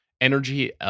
energy